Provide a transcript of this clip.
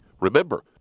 Remember